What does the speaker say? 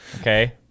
Okay